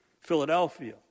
Philadelphia